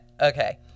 Okay